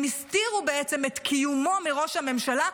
הם הסתירו בעצם את קיומו מראש הממשלה,